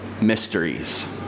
mysteries